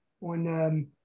on